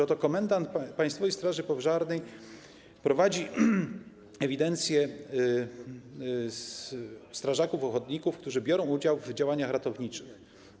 Oto komendant Państwowej Straży Pożarnej prowadzi ewidencję strażaków ochotników, którzy biorą udział w działaniach ratowniczych.